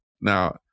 Now